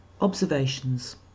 Observations